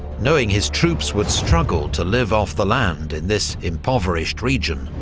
knowing his troops would struggle to live off the land in this impoverished region,